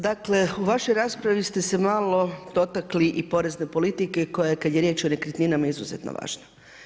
Dakle, u vašoj raspravi ste se malo dotakli i porezne politike, koja je kada je riječ o nekretninama je izuzetno važna.